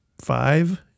five